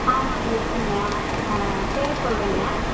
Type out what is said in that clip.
ஆமாம்ங்க இருக்குங்க பேர் சொல்லுறேங்க